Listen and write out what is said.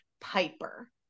Piper